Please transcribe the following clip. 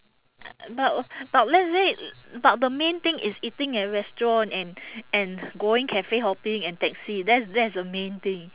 but but let's say but the main thing is eating at restaurant and and going cafe hopping and taxi that's that's a main thing